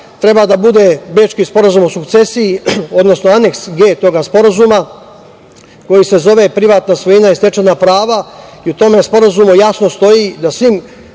treba da bude Bečki sporazum o sukcesiji, odnosno Aneks G tog sporazuma, koji se zove „Privatna svojina i stečena prava“. I u tom sporazumu jasno stoji da svim